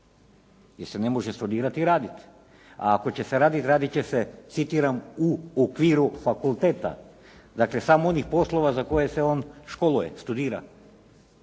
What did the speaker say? se ne može studirati i raditi a ako će se raditi radit će se, citiram, u okviru fakulteta, dakle samo onih poslova za koje se on školuje, studira.